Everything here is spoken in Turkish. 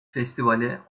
festivale